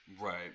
right